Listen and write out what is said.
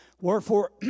Wherefore